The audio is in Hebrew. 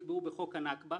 נתמך.